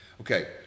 Okay